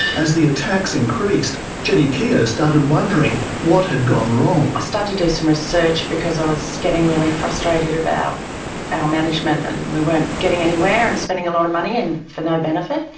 as the attacks increased, jenny keogh started wondering what had gone wrong. i started to do some research because i was getting really frustrated about our management and we weren't getting anywhere and spending a lot of money and for no benefit.